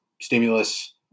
stimulus